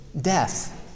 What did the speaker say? death